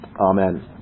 Amen